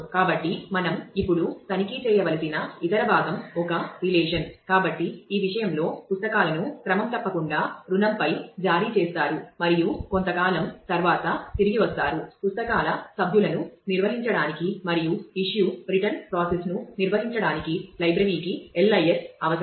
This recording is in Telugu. కాబట్టి ఈ విషయంలో పుస్తకాలను క్రమం తప్పకుండా రుణంపై జారీ చేస్తారు మరియు కొంతకాలం తర్వాత తిరిగి వస్తారు పుస్తకాల సభ్యులను నిర్వహించడానికి మరియు ఇష్యూ రిటర్న్ ప్రాసెస్ను నిర్వహించడానికి లైబ్రరీకి LIS అవసరం